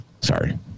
Sorry